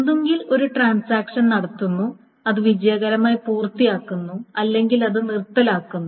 ഒന്നുകിൽ ഒരു ട്രാൻസാക്ഷൻ നടത്തുന്നു അത് വിജയകരമായി പൂർത്തിയാക്കുന്നു അല്ലെങ്കിൽ അത് നിർത്തലാക്കുന്നു